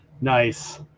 Nice